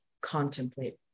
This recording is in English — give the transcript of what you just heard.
contemplate